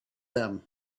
them